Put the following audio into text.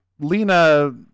lena